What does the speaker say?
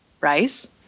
rice